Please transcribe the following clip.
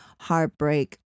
Heartbreak